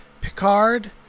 Picard